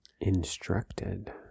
Instructed